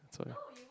that's why